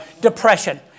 Depression